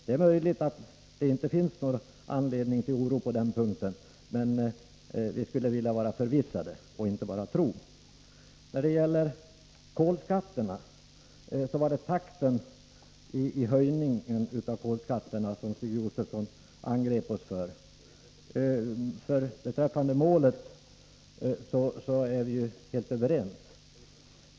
Det är möjligt att det inte finns anledning till oro på den punkten, men vi vill vara förvissade därom. Stig Josefson angrep oss för takten i höjningen av kolskatterna — beträffande målet är vi helt överens.